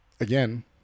again